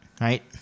right